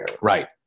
Right